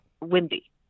windy